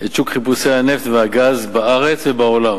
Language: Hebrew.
את שוק חיפושי הנפט והגז בארץ ובעולם,